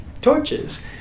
torches